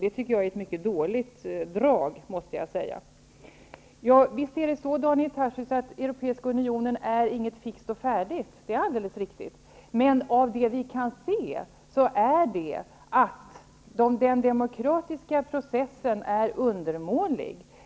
Det tycker jag är ett mycket dåligt drag. Naturligtvis är det så, Daniel Tarschys, att Europeiska Unionen inte är något fixt och färdigt. Det är alldeles riktigt. Av det som vi kan se är emellertid den demokratiska processen undermålig.